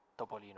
Topolino